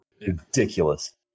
Ridiculous